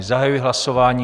Zahajuji hlasování.